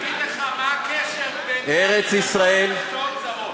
בהזדמנות אני אגיד לך מה הקשר בין דני דנון להשקעות זרות,